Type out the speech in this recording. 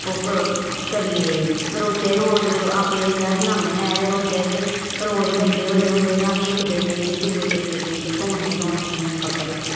ओह् करियै रोजा दे रोज आपे एह् ध्याड़ी लांदे न ते रोजा दे रोज गंदे होए दे होंदे ते अहें इक दिन नेईं ते दूए त्रिये दिन ते धोने गै धोने होंदे न कपड़े